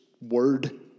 word